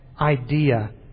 idea